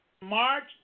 march